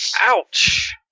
Ouch